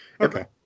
Okay